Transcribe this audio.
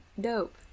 dope